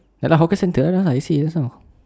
ya lah hawker centre you said just now